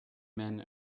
men